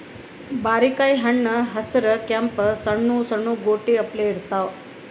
ಬಾರಿಕಾಯಿ ಹಣ್ಣ್ ಹಸ್ರ್ ಕೆಂಪ್ ಸಣ್ಣು ಸಣ್ಣು ಗೋಟಿ ಅಪ್ಲೆ ಇರ್ತವ್